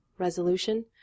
Resolution